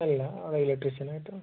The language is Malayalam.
അല്ല അവിടെ ഇലക്ട്രീഷ്യൻ ആയിട്ടാണ്